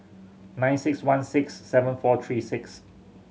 nine six one six seven four three six